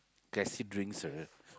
gassy drinks right